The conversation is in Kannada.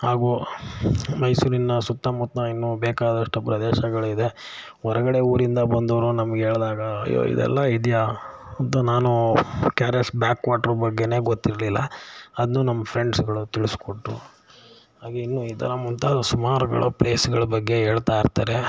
ಹಾಗೂ ಮೈಸೂರಿನ ಸುತ್ತಮುತ್ತ ಇನ್ನೂ ಬೇಕಾದಷ್ಟು ಪ್ರದೇಶಗಳಿದೆ ಹೊರ್ಗಡೆ ಊರಿಂದ ಬಂದೋರು ನಮ್ಗೆ ಹೇಳ್ದಾಗ ಅಯ್ಯೋ ಇದೆಲ್ಲಾ ಇದೆಯಾ ಅಂತ ನಾನು K R S back water ಬಗ್ಗೆಯೇ ಗೊತ್ತಿರಲಿಲ್ಲ ಅದನ್ನೂ ನಮ್ಮ ಫ್ರೆಂಡ್ಸುಗಳು ತಿಳಿಸ್ಕೊಟ್ರು ಹಾಗೇ ಇನ್ನು ಈ ಥರ ಮುಂತಾದ ಸುಮಾರ್ಗಳ ಪ್ಲೇಸುಗಳ ಬಗ್ಗೆ ಹೇಳ್ತಾಯಿರ್ತಾರೆ